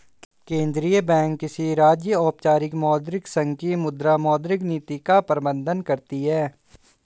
केंद्रीय बैंक किसी राज्य, औपचारिक मौद्रिक संघ की मुद्रा, मौद्रिक नीति का प्रबन्धन करती है